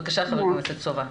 בבקשה, חבר הכנסת סובה.